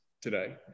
today